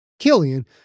Killian